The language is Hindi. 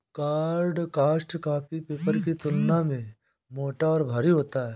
कार्डस्टॉक कॉपी पेपर की तुलना में मोटा और भारी होता है